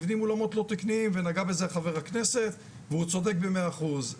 נבנים לא תקניים ונגע בזה חבר הכנסת והוא צודק ב-100 אחוז.